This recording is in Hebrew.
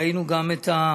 ראינו גם את,